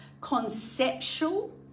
conceptual